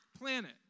planet